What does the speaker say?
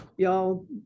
Y'all